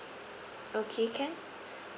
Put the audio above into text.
okay can